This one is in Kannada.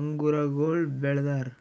ಅಂಗುರಗೊಳ್ ಬೆಳದಾರ್